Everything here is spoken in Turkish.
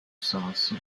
sahası